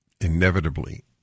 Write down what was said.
inevitably